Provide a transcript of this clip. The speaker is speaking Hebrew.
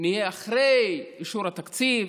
נהיה אחרי אישור התקציב,